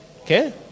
Okay